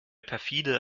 perfide